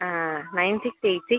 ah nine six eight six